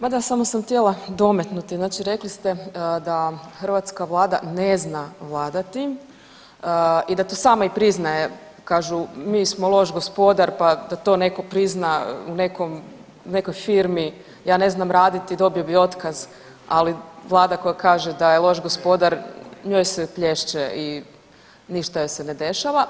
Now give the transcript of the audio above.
Ma da, samo sam htjela dometnuti, znači rekli ste da hrvatska Vlada ne zna vladati i da to sama i priznaje, kažu, mi smo loš gospodar pa da to netko prizna u nekoj firmi, ja ne znam raditi, dobio bi otkaz, ali vlada koja kaže da je loš gospodar, njoj se plješće i ništa joj se ne dešava.